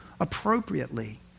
appropriately